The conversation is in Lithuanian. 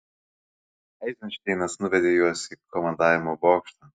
eizenšteinas nuvedė juos į komandavimo bokštą